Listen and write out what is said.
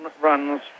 runs